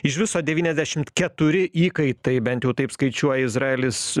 iš viso devyniasdešimt keturi įkaitai bent jau taip skaičiuoja izraelis